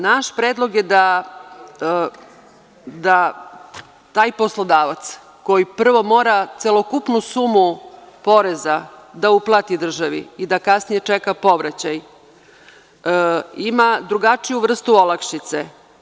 Naš predlog je da taj poslodavac koji prvo mora celokupnu sumu poreza da uplati državi i da kasnije čeka povraćaj, ima drugačiju vrstu olakšice.